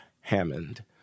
Hammond